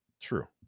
True